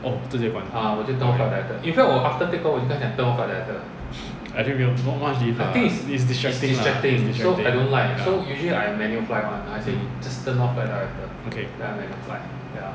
oh 直接关 actually not much diff lah it's distracting lah it's distracting ya mm okay okay